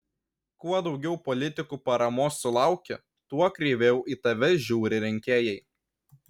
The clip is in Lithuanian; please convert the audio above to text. kuo daugiau politikų paramos sulauki tuo kreiviau į tave žiūri rinkėjai